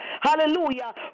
Hallelujah